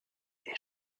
est